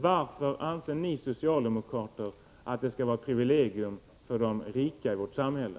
Varför anser ni socialdemokrater att det skall vara ett privilegium för de rika i vårt samhälle?